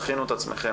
תכינו את עצמכם,